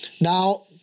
Now